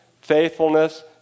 faithfulness